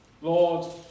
Lord